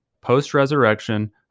post-resurrection